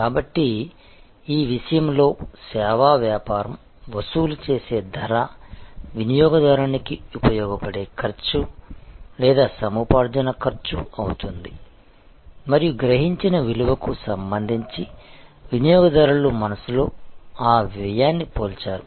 కాబట్టి ఈ విషయంలో సేవా వ్యాపారం వసూలు చేసే ధర వినియోగదారునికి ఉపయోగపడే ఖర్చు లేదా సముపార్జన ఖర్చు అవుతుంది మరియు గ్రహించిన విలువకు సంబంధించి వినియోగదారులు మనస్సులో ఆ వ్యయాన్ని పోల్చారు